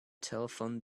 telephone